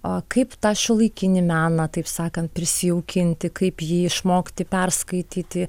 a kaip tą šiuolaikinį meną taip sakant prisijaukinti kaip jį išmokti perskaityti